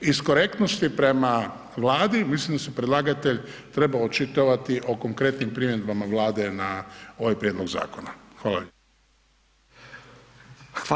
Iz korektnosti prema Vladi, mislim da se predlagatelj trebao očitovati o konkretnim primjedbama Vlade na ovaj prijedlog zakona.